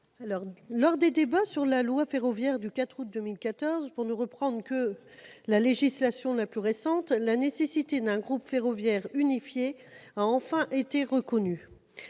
Lors des débats sur la loi ferroviaire du 4 août 2014, pour ne reprendre que la législation la plus récente, la nécessité d'un groupe ferroviaire unifié a enfin été reconnue.